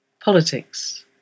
politics